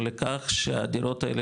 לכך שהדירות האלה,